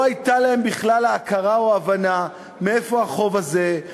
לא הייתה להם בכלל הכרה או הבנה מאיפה החוב הזה,